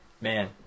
Man